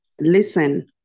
listen